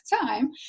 time